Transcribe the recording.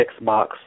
Xbox